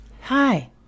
hi